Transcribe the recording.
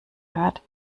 hört